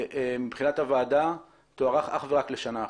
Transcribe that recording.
מבחינת הוועדה תוארך אך ורק לשנה אחת.